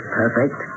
perfect